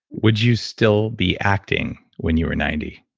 would you still be acting when you're a ninety,